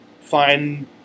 find